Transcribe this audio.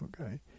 Okay